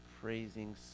praising